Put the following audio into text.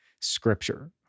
scripture